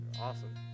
Awesome